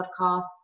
podcast